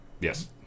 Yes